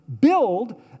build